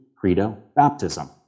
credo-baptism